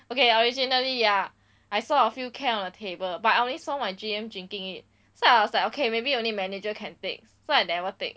okay originally ya I saw a few can on the table but I only saw my G_M drinking it so I was like okay maybe only manager can take so I never take